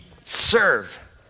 serve